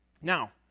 Now